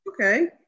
okay